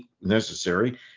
necessary